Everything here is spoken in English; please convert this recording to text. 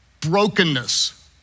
brokenness